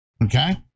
Okay